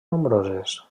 nombroses